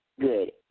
good